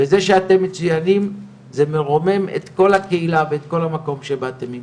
בזה שאתם מצוינים זה מרומם את הקהילה ואת כל המקום שבאתם ממנו,